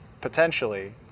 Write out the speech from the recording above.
potentially